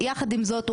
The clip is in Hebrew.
יחד עם זאת,